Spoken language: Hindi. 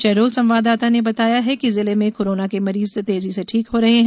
शहडोल संवाददाता ने बताया है कि जिले में कोरोना के मरीज तेजी से ठीक हो रहे हैं